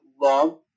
love